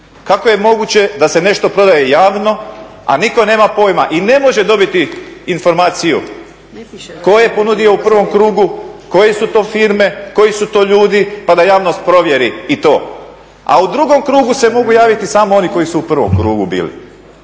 Kako je moguće da se nešto prodaje javno, a nitko nema pojma i ne može dobiti informaciju tko je ponudio u provom krugu, koje su to firme, koji su to ljudi pa da javnost provjeri i to. A u drugom krugu se mogu javiti samo oni koji su u prvom krugu bili.